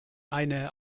eine